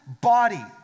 body